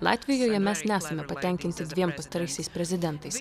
latvijoje mes nesame patenkinti dviem pastaraisiais prezidentais